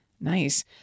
Nice